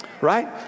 right